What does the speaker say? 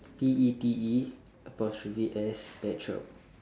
P E T E apostrophe S pet shop